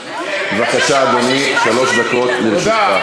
בבקשה, אדוני, שלוש דקות לרשותך.